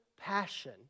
passion